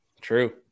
True